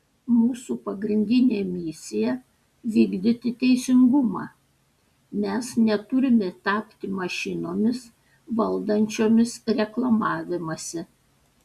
mūsų pagrindinė misija vykdyti teisingumą mes neturime tapti mašinomis valdančiomis reklamavimąsi